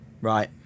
Right